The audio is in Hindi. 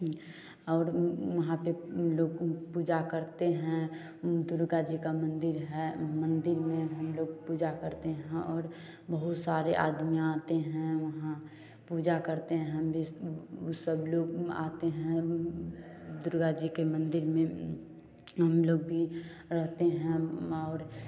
और वहाँ पर लोग पूजा करते हैं दुर्गा जी का मंदिर है मंदिर में हम लोग पूजा करते हैं और बहुत सारे आदमी आते हैं वहाँ पूजा करते हैं हम भी सब लोग आते हैं हम दुर्गा जी के मंदिर में हम लोग भी रहते हैं और